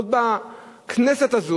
עוד הזאת,